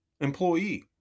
employee